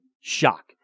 shock